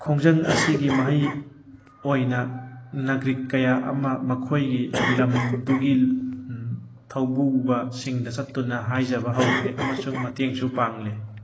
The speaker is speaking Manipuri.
ꯈꯣꯡꯖꯪ ꯑꯁꯤꯒꯤ ꯃꯍꯩ ꯑꯣꯏꯅ ꯅꯥꯒ꯭ꯔꯤꯛ ꯀꯌꯥ ꯑꯃ ꯃꯈꯣꯏꯒꯤ ꯂꯝꯗꯨꯒꯤ ꯊꯧꯄꯨꯕ ꯁꯤꯡꯗ ꯆꯠꯇꯨꯅ ꯍꯥꯏꯖꯕ ꯍꯧꯈ꯭ꯔꯦ ꯑꯃꯁꯨꯡ ꯃꯇꯦꯡꯁꯨ ꯄꯥꯡꯂꯦ